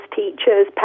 teachers